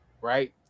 right